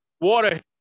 Water